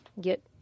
get